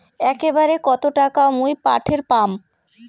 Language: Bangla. একবারে কত টাকা মুই পাঠের পাম?